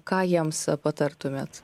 ką jiems patartumėt